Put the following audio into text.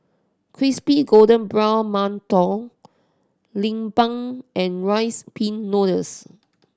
crispy golden brown mantou lemang and Rice Pin Noodles